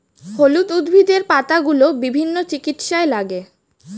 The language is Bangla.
হলুদ উদ্ভিদের পাতাগুলো বিভিন্ন চিকিৎসায় লাগে